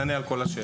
נענה על כל השאלות.